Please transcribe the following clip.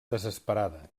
desesperada